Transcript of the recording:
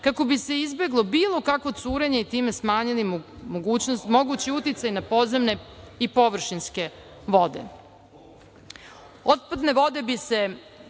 kako bi se izbeglo bilo kakvo curenje i time smanjio mogući uticaj na podzemne i površinske vode. Otpadne vode bi se